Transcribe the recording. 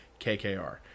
KKR